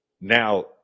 now